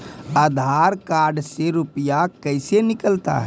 आधार कार्ड से रुपये कैसे निकलता हैं?